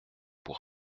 pour